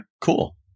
cool